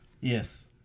Yes